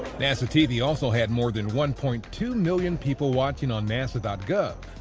nasa tv also had more than one point two million people watching on nasa gov.